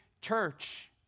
church